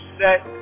set